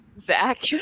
Zach